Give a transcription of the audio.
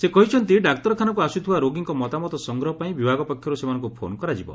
ସେ କହିଛନ୍ତି ଡାକ୍ତରଖାନାକ୍ ଆସ୍ଥିବା ରୋଗୀଙ୍ ମତାମତ ସଂଗ୍ରହ ପାଇଁ ବିଭାଗ ପକ୍ଷରୁ ସେମାନଙ୍ଙୁ ଫୋନ୍ କରାଯିବ